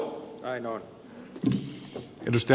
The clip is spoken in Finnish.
arvoisa puhemies